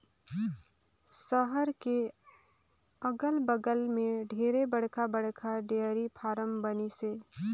सहर के अगल बगल में ढेरे बड़खा बड़खा डेयरी फारम बनिसे